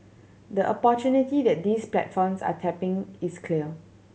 the opportunity that these platforms are tapping is clear